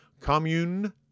commune-